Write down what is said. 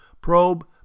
probe